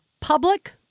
public